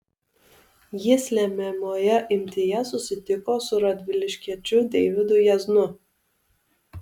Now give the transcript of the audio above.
jis lemiamoje imtyje susitiko su radviliškiečiu deividu jaznu